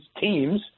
teams